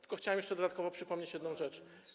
Tylko chciałem jeszcze dodatkowo przypomnieć jedną rzecz.